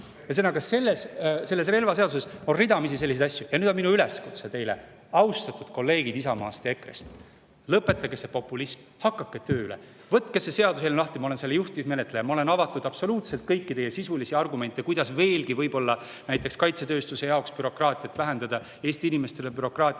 Ühesõnaga, selles relvaseaduses on ridamisi selliseid asju. Ja nüüd on minu üleskutse teile, austatud kolleegid Isamaast ja EKRE-st: lõpetage see populism, hakake tööle! Võtke see seaduseelnõu lahti! Ma olen selle juhtivmenetleja, ma olen avatud kuulama absoluutselt kõiki teie sisulisi argumente, kuidas veelgi näiteks kaitsetööstuse jaoks bürokraatiat vähendada, Eesti inimeste jaoks bürokraatiat